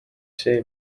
see